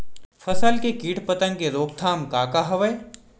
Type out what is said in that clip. फसल के कीट पतंग के रोकथाम का का हवय?